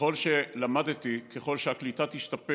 וככל שלמדתי, ככל שהקליטה תשתפר